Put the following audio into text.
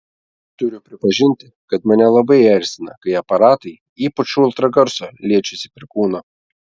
turiu pripažinti kad mane labai erzina kai aparatai ypač ultragarso liečiasi prie kūno